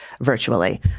virtually